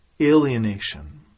alienation